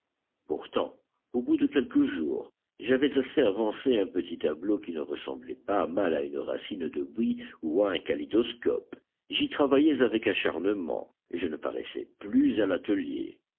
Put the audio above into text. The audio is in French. pourtant au bout de quelques jours j'avais assez avancé un petit tableau qui ne ressemblait pas mal à une racine de buis ou à un kaléidoscope j'y travaillais avec acharnement et je ne paraissais plus à l'atelier